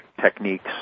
techniques